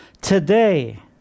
today